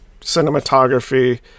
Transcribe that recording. cinematography